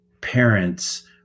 parents